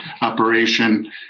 operation